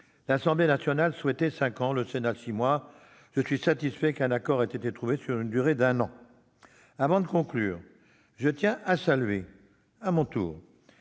L'Assemblée nationale souhaitait retenir la durée de cinq ans, le Sénat celle de six mois : je suis satisfait qu'un accord ait été trouvé sur une durée d'un an. Avant de conclure, je tiens à saluer à mon tour